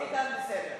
לאיתן, בסדר.